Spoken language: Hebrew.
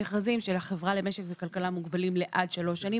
המכרזים של החברה למשק וכלכלה מוגבלים לעד שלוש שנים,